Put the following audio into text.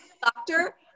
Doctor